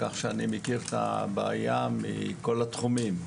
כך שאני מכיר את הבעיה מכל התחומים.